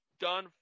Done